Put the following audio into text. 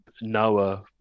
Noah